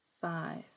five